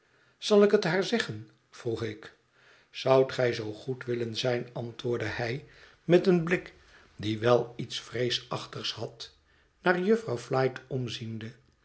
zal ik het haar zeggen vroeg ik zoudt gij zoo goed willen zijn antwoordde hij met een blik die wel iets vreesachtlgs had naar jufvrouw flite omziende